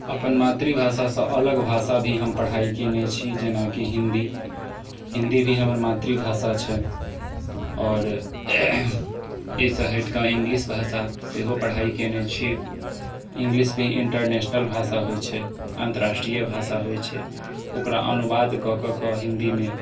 अपन मातृभाषा सऽ अलग भाषा भी हम पढाइ कयने छी जेनाकि हिन्दी हिन्दी भी हमर मातृभाषा छै और एहि सऽ हटि कऽ इंगलिश भाषा सेहो पढाइ केने छी इंगलिश मे इंटरनेशनल भाषा होइ छै अन्तर्राष्ट्रीय भाषा होइ छै ओकरा अनुवाद कऽ कऽ कऽ हिन्दी मे